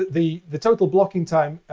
the the total blocking time,